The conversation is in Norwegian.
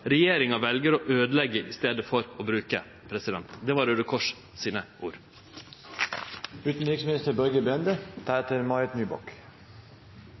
velger å ødelegge istedetfor å bruke.» Det var Røde Kors sine